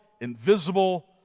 invisible